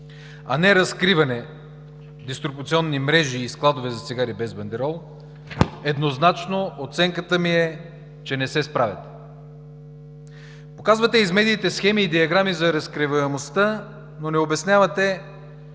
а не разкриване на дистрибуционни мрежи и складове за цигари без бандерол, еднозначно оценката ми е, че не се справяте. Показвате схемите и диаграмите за разкриваемостта, но не обяснявате